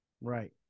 right